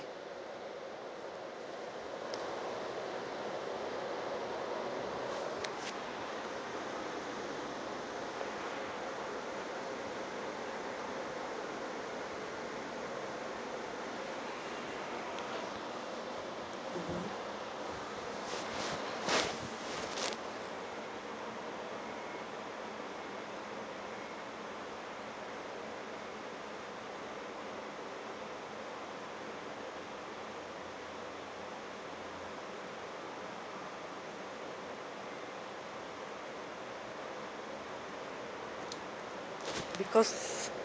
mmhmm because